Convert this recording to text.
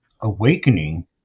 awakening